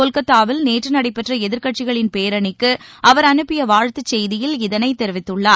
கொல்கத்தாவில் நேற்று நடைபெற்ற எதிர்கட்சிகளின் பேரணிக்கு அவர் அனுப்பிய வாழ்த்துச் செய்தியில் இதனைத் தெரிவித்துள்ளார்